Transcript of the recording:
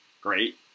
Great